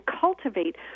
cultivate